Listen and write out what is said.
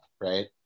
right